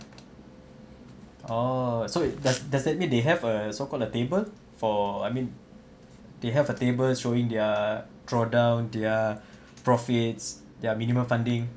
orh so it does does that mean they have a so called a table for I mean they have a table showing their draw down their profits their minimum funding